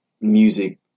music